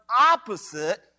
opposite